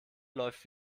läuft